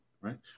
right